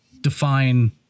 define